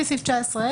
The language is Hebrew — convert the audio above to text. לפי סעיף 19ה,